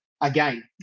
Again